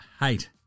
hate